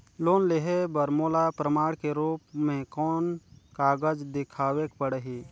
Loan लेहे बर मोला प्रमाण के रूप में कोन कागज दिखावेक पड़ही?